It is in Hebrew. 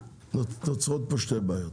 נוצרות פה שתי בעיות.